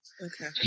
Okay